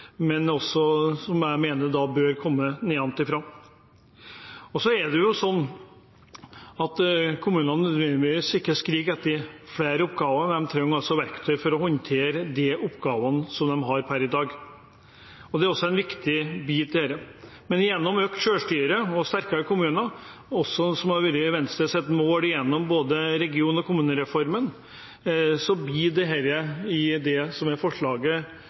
men som jeg mener bør komme nedenfra. Så er det jo sånn at kommunene ikke nødvendigvis skriker etter flere oppgaver. De trenger verktøy for å håndtere de oppgavene som de har per i dag. Det er også en viktig bit i dette. Men gjennom økt selvstyre og sterkere kommuner, som også har vært Venstres mål gjennom både regionreformen og kommunereformen, oppfatter jeg det som ligger inne i forslaget, som et klart ønske om detaljstyring av norske kommuner fra denne sal, og det er